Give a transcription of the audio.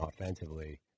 offensively